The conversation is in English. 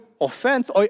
offense